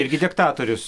irgi diktatorius